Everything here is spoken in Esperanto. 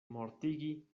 mortigi